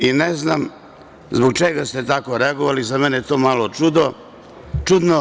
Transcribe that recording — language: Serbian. Ne znam zbog čega ste tako reagovali, za mene je to malo čudno?